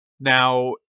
Now